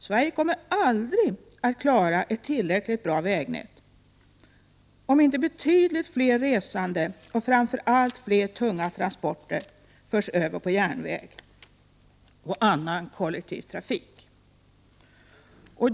Sverige kommer aldrig att klara att upprätthålla ett tillräckligt bra vägnät, om inte betydligt fler resande och framför allt fler tunga transporter förs över på järnväg och annan kollektivtrafik.